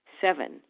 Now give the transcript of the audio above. Seven